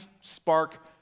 spark